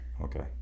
okay